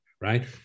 right